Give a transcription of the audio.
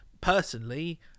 personally